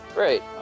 Great